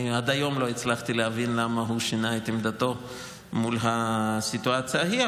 אני עד היום לא הצלחתי להבין למה הוא שינה את עמדתו מול הסיטואציה ההיא.